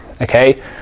Okay